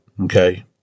Okay